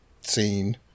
scene